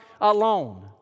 alone